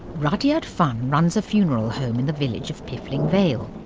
rudyard funn runs a funeral home in the village of piffling vale.